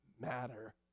matter